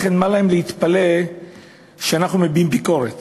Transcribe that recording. לכן מה להם להתפלא שאנחנו מביעים ביקורת?